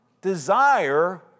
desire